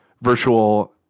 virtual